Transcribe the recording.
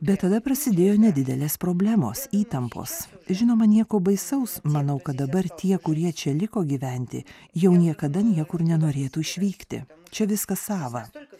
bet tada prasidėjo nedidelės problemos įtampos žinoma nieko baisaus manau kad dabar tie kurie čia liko gyventi jau niekada niekur nenorėtų išvykti čia viskas sava